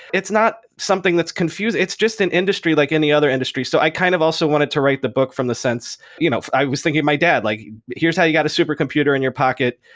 it's not something that's confuse it's just an industry like any other industry. so i kind of also wanted to write the book from the sense you know i was thinking of my dad. like here's how you got a supercomputer in your pocket.